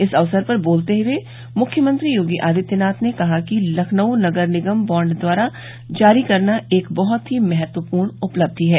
इस अवसर पर बोलते हुए मुख्यमंत्री योगी आदित्यनाथ ने कहा कि लखनऊ नगर निगम द्वारा बांड जारी करना एक बहुत ही महत्वपूर्ण उपलब्धि है